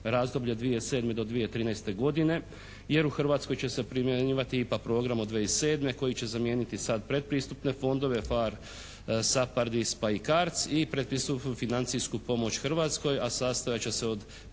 razdoblje 2007. – 2013. godine jer u Hrvatskoj će se primjenjivati IPA program od 2007. koji će zamijeniti sad pretpristupne fondove PHARE, SAPARD, ISPA i CARDS i prepisuju financijsku pomoć Hrvatskoj a sastojat će se od